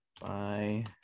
Bye